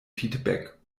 feedback